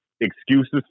excuses